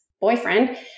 boyfriend